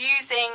using